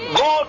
go